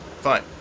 fine